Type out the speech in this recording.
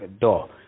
door